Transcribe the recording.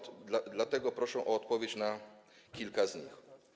Dlatego proszę o odpowiedź na kilka z nich.